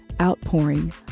outpouring